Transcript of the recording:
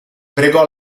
pregò